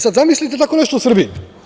Sad, zamislite da tako nešto u Srbiji.